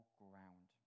ground